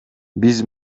биз